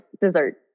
dessert